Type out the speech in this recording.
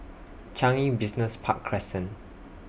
Changi Business Park Crescent